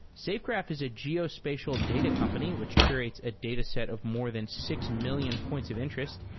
safegraph is a geospatial data company which curates a dataset of more than six million points of interest.